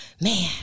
man